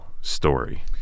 story